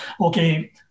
okay